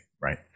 Right